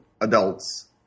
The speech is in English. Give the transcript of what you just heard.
adults